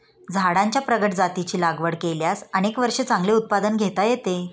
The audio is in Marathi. झाडांच्या प्रगत जातींची लागवड केल्यास अनेक वर्षे चांगले उत्पादन घेता येते